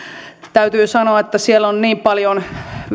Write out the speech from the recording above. täytyy sanoa että siellä on niin paljon